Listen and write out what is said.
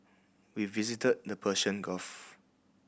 we visited the Persian Gulf